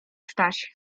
staś